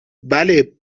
بله